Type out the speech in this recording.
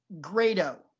Grado